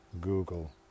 Google